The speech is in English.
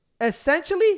essentially